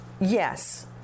Yes